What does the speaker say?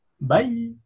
Bye